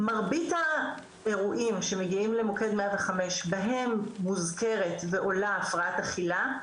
מרבית האירועים שמגיעים למוקד 105 בהם מוזכרת ועולה הפרעת אכילה,